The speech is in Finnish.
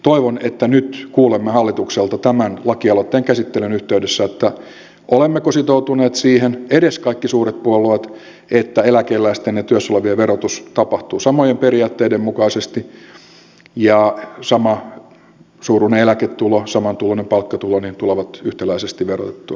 toivon että nyt kuulemme hallitukselta tämän lakialoitteen käsittelyn yhteydessä olemmeko sitoutuneet siihen edes kaikki suuret puolueet että eläkeläisten ja työssä olevien verotus tapahtuu samojen periaatteiden mukaisesti ja samansuuruinen eläketulo ja samantuloinen palkkatulo tulevat yhtäläisesti verotettua